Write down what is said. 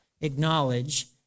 acknowledge